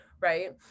right